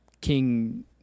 King